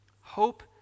Hope